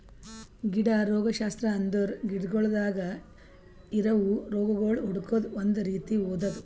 ಗಿಡ ರೋಗಶಾಸ್ತ್ರ ಅಂದುರ್ ಗಿಡಗೊಳ್ದಾಗ್ ಇರವು ರೋಗಗೊಳ್ ಹುಡುಕದ್ ಒಂದ್ ರೀತಿ ಓದದು